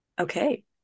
okay